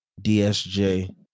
DSJ